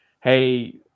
Hey